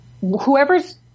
whoever's